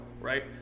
Right